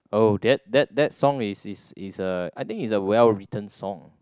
oh that that that song is is is uh I think it's a well written song